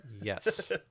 Yes